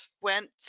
went